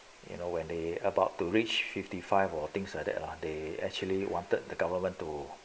you know when they about to reach fifty five or things like that lah they actually wanted the government to